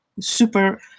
super